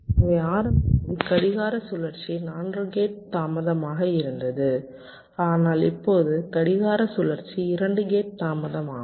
எனவே ஆரம்பத்தில் கடிகார சுழற்சி 4 கேட் தாமதமாக இருந்தது ஆனால் இப்போது கடிகார சுழற்சி 2 கேட் தாமதமாகும்